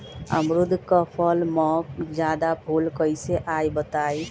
अमरुद क फल म जादा फूल कईसे आई बताई?